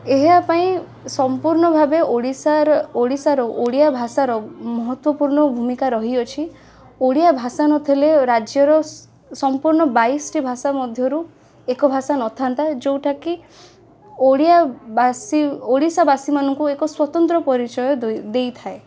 ଏହାପାଇଁ ସମ୍ପୂର୍ଣ୍ଣ ଭାବେ ଓଡ଼ିଶାର ଓଡ଼ିଶାର ଓଡ଼ିଆଭାଷାର ମହତ୍ୱପୂର୍ଣ୍ଣ ଭୂମିକା ରହିଅଛି ଓଡ଼ିଆଭାଷା ନଥିଲେ ରାଜ୍ୟର ସମ୍ପୂର୍ଣ୍ଣ ବାଇଶଟି ଭାଷା ମଧ୍ୟରୁ ଏକ ଭାଷା ନଥାନ୍ତା ଯେଉଁଟା କି ଓଡ଼ିଆବାସୀ ଓଡ଼ିଶାବାସୀ ମାନଙ୍କୁ ଏକ ସ୍ୱତନ୍ତ୍ର ପରିଚୟ ଦେଇଥାଏ